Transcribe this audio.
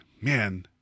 man